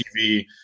TV